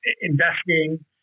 investing